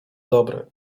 dobry